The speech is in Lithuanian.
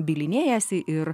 bylinėjasi ir